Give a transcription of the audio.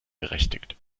berechtigt